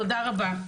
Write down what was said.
תודה רבה.